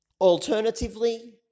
Alternatively